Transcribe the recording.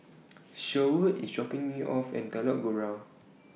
Sherwood IS dropping Me off At Telok Kurau